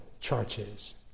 churches